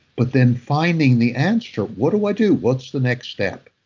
but then finding the answer. what do i do? what's the next step?